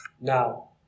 now